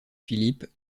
philippe